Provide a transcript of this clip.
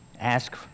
Ask